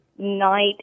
Night